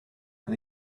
and